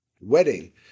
wedding